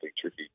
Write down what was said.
tricky